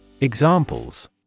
Examples